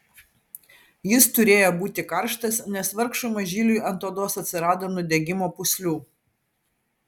jis turėjo būti karštas nes vargšui mažyliui ant odos atsirado nudegimo pūslių